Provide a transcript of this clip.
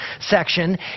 section